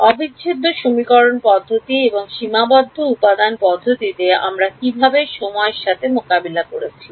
অবিচ্ছেদ্য সমীকরণ পদ্ধতি এবং সীমাবদ্ধ উপাদান পদ্ধতিতে আমরা কীভাবে সময়ের সাথে মোকাবিলা করেছি